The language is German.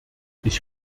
ich